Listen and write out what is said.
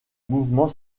mouvement